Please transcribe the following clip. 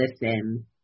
listen